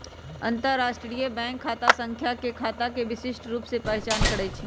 अंतरराष्ट्रीय बैंक खता संख्या गाहक के खता के विशिष्ट रूप से पहीचान करइ छै